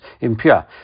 impure